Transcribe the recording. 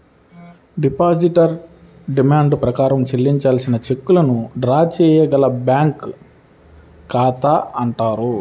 depositor demand ప్రకారం చెల్లించవలసిన చెక్కులను డ్రా చేయగల బ్యాంకు ఖాతా అంటారు